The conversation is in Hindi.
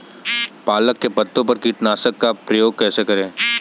पालक के पत्तों पर कीटनाशक का प्रयोग कैसे करें?